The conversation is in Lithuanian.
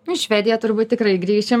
į švediją turbūt tikrai grįšim